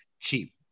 cheap